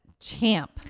champ